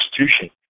institution